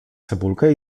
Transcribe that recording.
cebulkę